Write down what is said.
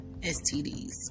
STDs